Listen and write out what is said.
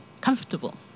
comfortable